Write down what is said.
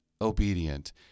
obedient